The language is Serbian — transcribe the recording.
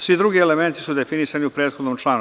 Svi drugi elementi su definisani u prethodnom članu.